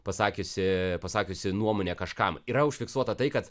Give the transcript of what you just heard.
pasakiusi pasakiusi nuomonę kažkam yra užfiksuota tai kad